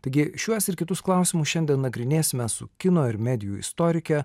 taigi šiuos ir kitus klausimus šiandien nagrinėsime su kino ir medijų istorike